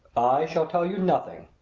i shall tell you nothing,